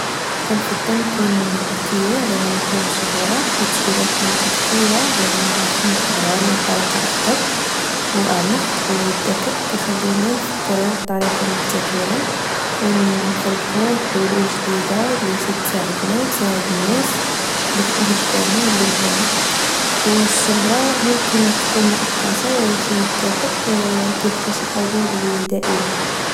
كنفضل نكون دكية، على أنني نكون مشهورة، حيت إلا كنت دكية، غدي نفهم العالم بطريقة أفضل وأعمق. و الذكاء كخلينا نفكرو بطريقة لمبتكرة، ونخلقو حلول جديدة لتتساعدنا واساعد الناس لحدانا ولمعانا.و الشهرة ممكن تكون مؤقتة، ولكن الذكاء كبقا شحاجة اللي دائمة